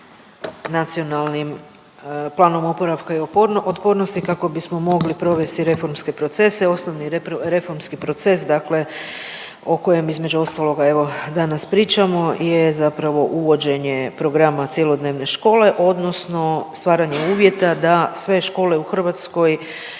Nacionalnim planom oporavka i otpornosti kako bismo mogli provesti reformske procese. Osnovni reformski proces dakle o kojem između ostaloga evo danas pričamo je zapravo uvođenje programa cjelodnevne škole odnosno stvaranje uvjeta da sve škole u Hrvatskoj